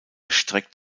streckt